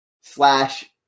slash